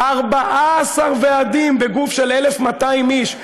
14 ועדים בגוף של 1,200 איש,